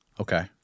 Okay